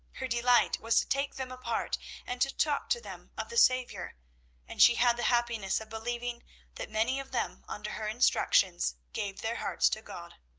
her delight was to take them apart and to talk to them of the saviour, and she had the happiness of believing that many of them under her instructions gave their hearts to god.